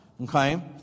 Okay